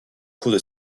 cours